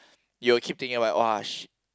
you will keep thinking about it !wah! sh~